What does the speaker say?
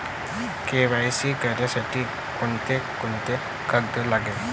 KYC करासाठी कोंते कोंते कागद लागन?